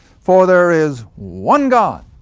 for there is one god,